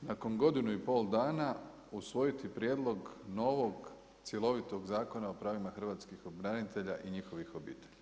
nakon godinu i pol dana usvojiti prijedlog novog cjelovitog Zakona o pravima hrvatskih branitelja i njihovih obitelji.